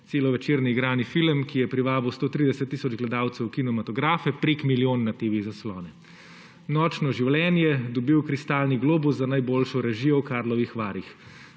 celovečerni igrani film, ki je privabil 130 tisoč gledalcev v kinematografe, prek milijon za TV-zaslone; Nočno življenje, dobil je kristalni globus za najboljšo režijo v Karlovih Varih;